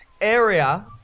area